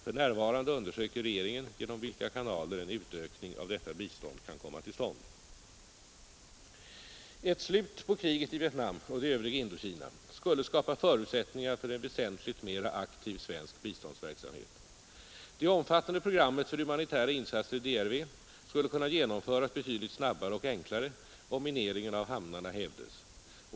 För närvarande undersöker regeringen genom vilka kanaler en utökning av detta bistånd kan komma till stånd. Ett slut på kriget i Vietnam och det övriga Indokina skulle skapa förutsättningar för en väsentligt mera aktiv svensk biståndsverksamhet Det omfattande programmet för humanitära insatser i DRV skulle kunna genomföras betydligt snabbare och enklare om mineringen av hamnarna hävdes.